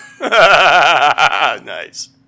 Nice